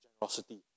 generosity